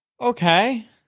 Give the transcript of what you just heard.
Okay